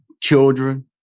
children